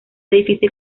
difícil